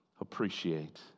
appreciate